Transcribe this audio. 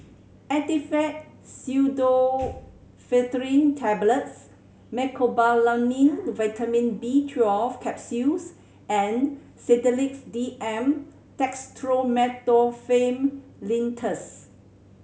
Actifed Pseudoephedrine Tablets Mecobalamin Vitamin B Twelve Capsules and Sedilix D M Dextromethorphan Linctus